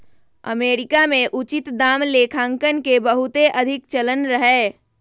America में उचित दाम लेखांकन के बहुते अधिक चलन रहै